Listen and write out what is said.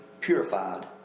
purified